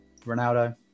Ronaldo